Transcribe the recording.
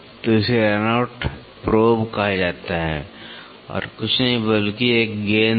तो इसे run out probe कहा जाता है जो और कुछ नहीं बल्कि एक गेंद है